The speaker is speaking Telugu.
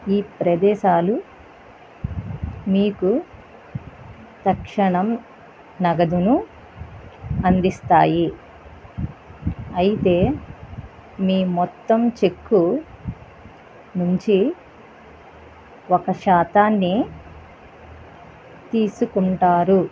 ఈ ప్రదేశాలు మీకు తక్షణం నగదును అందిస్తాయి అయితే మీ మొత్తం చెక్కు నుంచి ఒక శాతాన్ని తీసుకుంటారు